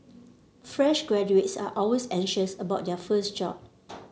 fresh graduates are always anxious about their first job